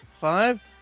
five